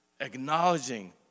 Acknowledging